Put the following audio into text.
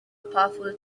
powerful